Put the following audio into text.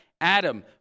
Adam